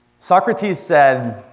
socrates said,